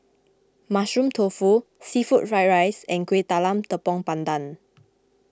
Mushroom Tofu Seafood Fried Rice and Kuih Talam Tepong Pandan